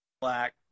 black